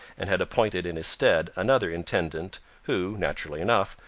and had appointed in his stead another intendant who, naturally enough,